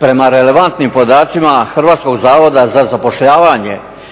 prema relevantnim podacima Hrvatskog zavoda za zapošljavanje